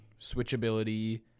switchability